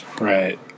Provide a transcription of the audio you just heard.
right